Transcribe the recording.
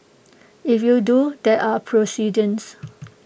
if you do there are precedents